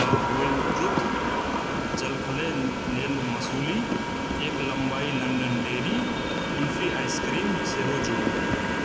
द whole truth जलखै लेल मसूली एक लम्बाई लण्डन डेयरी कुल्फी आइसक्रीम सेहो जोड़ू